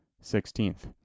Sixteenth